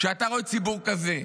כשאתה רואה ציבור כזה,